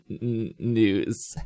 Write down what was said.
news